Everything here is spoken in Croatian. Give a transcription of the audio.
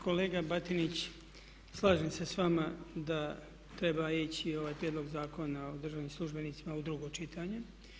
Kolega Batinić slažem se s vama da treba ići ovaj prijedlog Zakona o državnim službenicima u drugo čitanje.